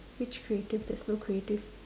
which creative there's no creative